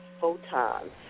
photons